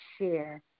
share